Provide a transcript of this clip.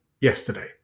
Yesterday